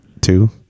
two